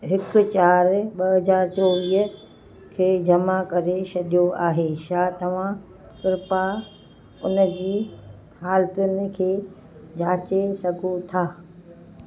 हिकु चार ॿ हज़ार चोवीह खे जमा करे छॾियो आहे छा तव्हां कृपा उन जी हालितुनि खे जांचे सघो था